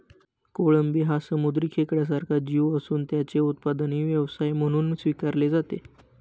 कोळंबी हा समुद्री खेकड्यासारखा जीव असून त्याचे उत्पादनही व्यवसाय म्हणून स्वीकारले जाते